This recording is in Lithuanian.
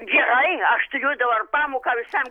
gerai aš turiu dabar pamoką visam